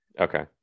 Okay